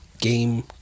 game